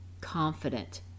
confident